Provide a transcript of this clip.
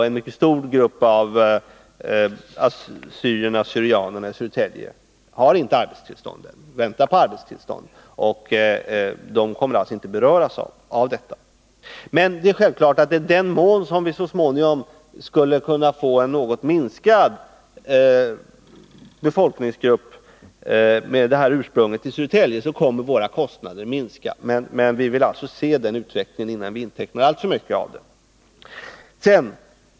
En mycket stor grupp av assyrierna/syrianerna i Södertälje har inte arbetstillstånd ännu — de väntar på arbetstillstånd — och kommer alltså inte att beröras av dessa insatser. Men det är självklart att i den mån vi så småningom skulle kunna få någon minskning av befolkningsgruppen med detta ursprung i Södertälje så kommer våra kostnader att minska. Vi vill emellertid se den utvecklingen innan vi intecknar alltför mycket av den.